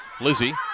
Lizzie